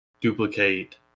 duplicate